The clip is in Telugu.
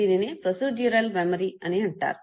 దీనినే ప్రొసీడ్యురల్ మెమరీ అని అంటారు